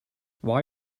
why